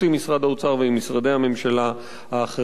עם משרד האוצר ועם משרדי הממשלה האחרים.